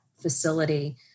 facility